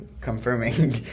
confirming